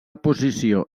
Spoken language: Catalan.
posició